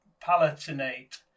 Palatinate